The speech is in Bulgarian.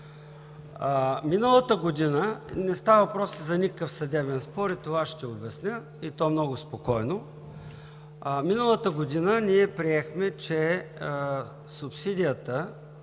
Миналата година – не става въпрос за никакъв съдебен спор, и това ще обясня, и то много спокойно, ние приехме, че субсидията,